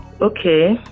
Okay